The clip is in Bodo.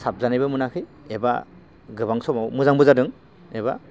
साबजानायबो मोनाखै एबा गोबां समाव मोजांबो जादों एबा